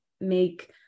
make